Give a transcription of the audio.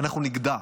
אנחנו נגדע.